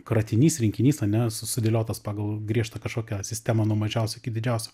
kratinys rinkinys ane su sudėliotas pagal griežtą kažkokią sistemą nuo mažiausio iki didžiausio